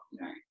right